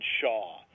Shaw